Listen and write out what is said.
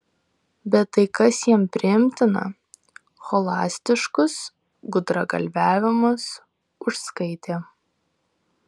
bet tai kas jiems priimtina scholastiškus gudragalviavimus užskaitė